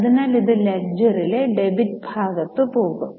അതിനാൽ ഇത് ലെഡ്ജറിലെ ഡെബിറ്റ് ഭാഗത്ത് പോകും